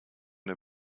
der